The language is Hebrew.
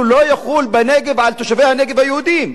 לא יחול בנגב על תושבי הנגב היהודים.